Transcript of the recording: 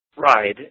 ride